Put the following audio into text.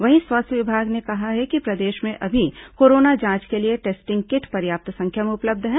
वहीं स्वास्थ्य विभाग ने कहा है कि प्रदेश में अमी कोरोना जांच के लिए टेस्टिंग किट पर्याप्त संख्या में उपलब्ध हैं